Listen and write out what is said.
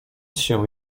się